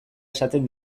esaten